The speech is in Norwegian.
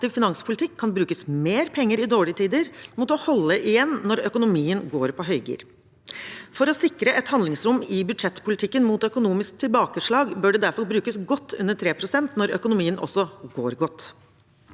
finanspolitikk kan brukes mer penger i dårlige tider mot å holde igjen når økonomien går på høygir. For å sikre et handlingsrom i budsjettpolitikken mot økonomiske tilbakeslag bør det derfor brukes godt under 3 pst. når økonomien også går godt.